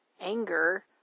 Anger